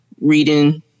reading